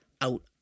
out